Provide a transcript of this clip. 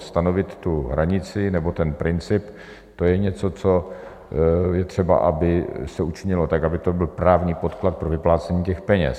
Stanovit hranici nebo princip to je něco, co je třeba, aby se učinilo, aby to byl právní podklad pro vyplácení těch peněz.